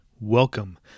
Welcome